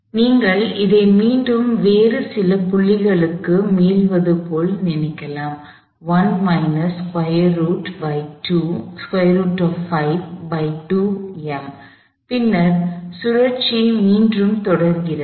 எனவே நீங்கள் இதை மீண்டும் வேறு சில புள்ளிகளுக்கு மீள்வது போல் நினைக்கலாம் பின்னர் சுழற்சி மீண்டும் தொடர்கிறது